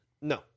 No